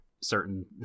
certain